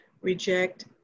reject